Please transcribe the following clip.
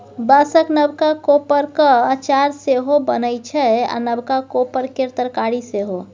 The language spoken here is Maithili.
बाँसक नबका कोपरक अचार सेहो बनै छै आ नबका कोपर केर तरकारी सेहो